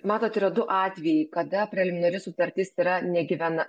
matot yra du atvejai kada preliminari sutartis yra negyvena